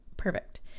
Perfect